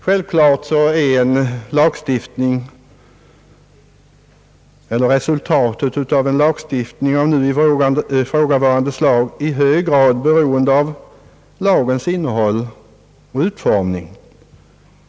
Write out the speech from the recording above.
Självklart är resultatet av en lagstiftning av nu ifrågavarande slag i hög grad beroende av lagens innehåll och utformning.